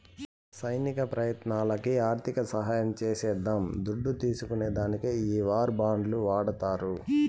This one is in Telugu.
సైనిక ప్రయత్నాలకి ఆర్థిక సహాయం చేసేద్దాం దుడ్డు తీస్కునే దానికి ఈ వార్ బాండ్లు వాడతారు